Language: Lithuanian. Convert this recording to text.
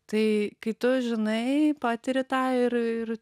tai kai tu žinai patiri tą ir ir